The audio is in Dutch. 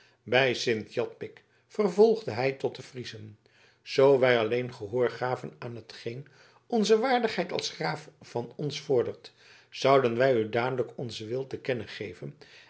bij sint japik vervolgde hij tot de friezen zoo wij alleen gehoor gaven aan hetgeen onze waardigheid als graaf van ons vordert zouden wij u dadelijk onzen wil te kennen geven